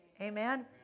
Amen